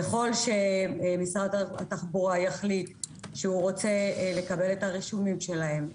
ככל שמשרד התחבורה יחליט שהוא רוצה לקבל את הרישומים שלהם,